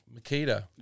Makita